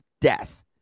death